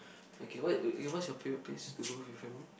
okay what eh what is your favourite place to go with your family